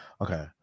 Okay